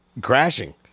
crashing